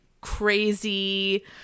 crazy